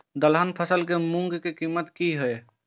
दलहन फसल के मूँग के कीमत की हय?